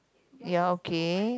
ya okay